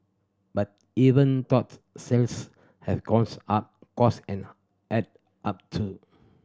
but even thought sales have gone up cost and add up too